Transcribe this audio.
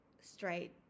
straight